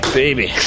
baby